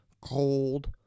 cold